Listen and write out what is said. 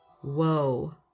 whoa